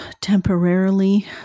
temporarily